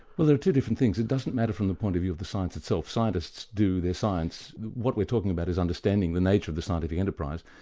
well there are two different things. it doesn't matter from the point of view of the science itself. scientists do their science. what we're talking about is understanding the nature of the scientific enterprise,